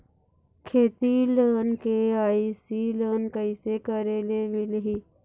खेती loan KYC loan कइसे करे ले मिलही?